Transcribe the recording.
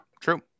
True